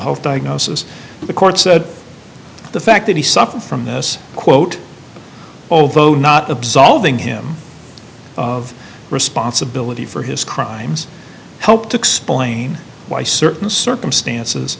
health diagnosis the court said the fact that he suffered from this quote although not absolving him of responsibility for his crimes helped explain why certain circumstances